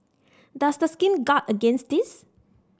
does the scheme guard against this